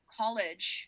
college